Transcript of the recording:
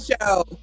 show